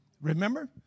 Remember